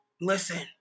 listen